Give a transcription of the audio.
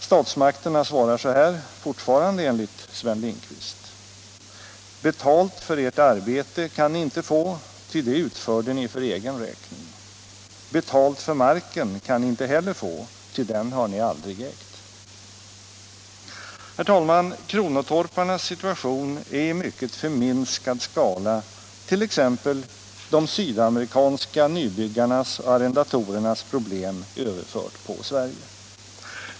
Statsmakterna svarar så här — fortfarande enligt Sven Lindqvist: ”Betalt för ert arbete kan ni inte få, ty det utförde ni för egen räkning. Betalt för marken kan ni inte heller få, ty den har ni aldrig ägt.” Herr talman! Kronotorparnas situation är i mycket förminskad skala t.ex. de sydamerikanska nybyggarnas och arrendatorernas problem överfört på Sverige.